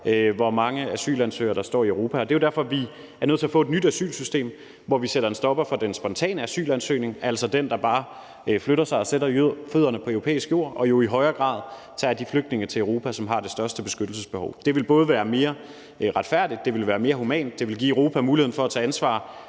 hvor mange asylansøgere der står i Europa. Og det er derfor, vi er nødt til at få et nyt asylsystem, hvor vi sætter en stopper for den spontane asylansøgning, altså den, hvor man bare flytter sig og sætter fødderne på europæisk jord, og i højere grad tager de flygtninge til Europa, som har det største beskyttelsesbehov. Det vil både være mere retfærdigt, det vil være mere humant, og det vil give Europa muligheden for at tage ansvar